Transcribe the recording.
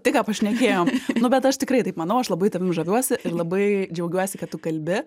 tik ką pašnekėjom nu bet aš tikrai taip manau aš labai tavim žaviuosi ir labai džiaugiuosi kad tu kalbi